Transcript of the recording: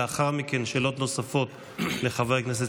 ולאחר מכן שאלות נוספות לחבר הכנסת